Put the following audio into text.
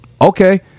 okay